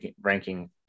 ranking